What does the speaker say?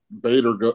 Bader